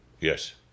Yes